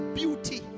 beauty